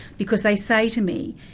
because they say to me,